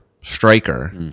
striker